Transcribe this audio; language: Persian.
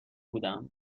بودم